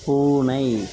பூனை